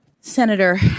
Senator